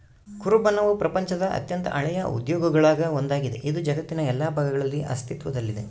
ಕುರುಬನವು ಪ್ರಪಂಚದ ಅತ್ಯಂತ ಹಳೆಯ ಉದ್ಯೋಗಗುಳಾಗ ಒಂದಾಗಿದೆ, ಇದು ಜಗತ್ತಿನ ಎಲ್ಲಾ ಭಾಗಗಳಲ್ಲಿ ಅಸ್ತಿತ್ವದಲ್ಲಿದೆ